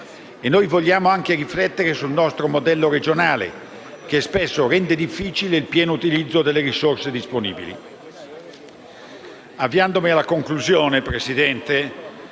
E vogliamo anche riflettere sul nostro modello regionale, che spesso rende difficile il pieno utilizzo delle risorse disponibili. Avviandomi alla conclusione, signor